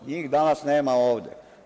Njih danas nema ovde.